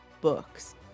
books